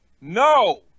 No